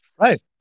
Right